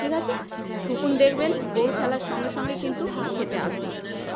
ঠিক আছে শকুন দেখবেন গরু ফেলার সঙ্গে সঙ্গে কিন্তু খেতে আসত